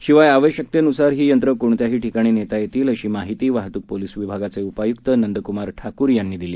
शिवाय आवश्यकतेनुसार ही यंत्र कोणत्याही ठिकाणी नेता येतील अशी माहिती वाहतूक पोलीस विभागाचे उपायुक्त नंदकुमार ठाकूर यांनी दिली